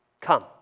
come